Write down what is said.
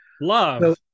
Love